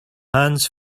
hands